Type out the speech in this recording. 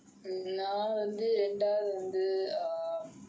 நான் வந்து ரெண்டாவது வந்து:naan vanthu rendaavathu vanthu